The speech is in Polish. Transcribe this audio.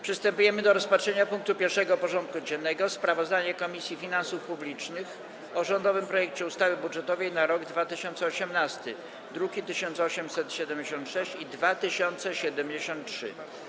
Przystępujemy do rozpatrzenia punktu 1. porządku dziennego: Sprawozdanie Komisji Finansów Publicznych o rządowym projekcie ustawy budżetowej na rok 2018 (druki nr 1876 i 2073)